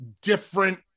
different